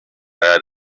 had